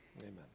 Amen